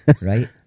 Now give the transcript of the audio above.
right